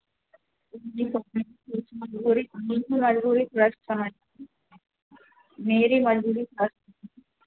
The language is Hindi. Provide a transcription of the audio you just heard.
मेरी मजबूरी मेरी मजबूरी मेरी मजबूरी सर